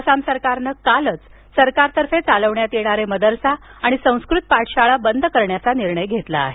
आसाम सरकारनं कालच सरकारतर्फे चालविण्यात येणारे मदरसा आणि संस्कृत पाठशाळा बंद करण्याचा निर्णय घेतला आहे